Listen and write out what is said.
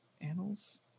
Annals